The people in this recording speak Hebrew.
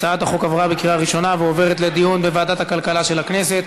הצעת החוק עברה בקריאה ראשונה ועוברת לדיון בוועדת הכלכלה של הכנסת.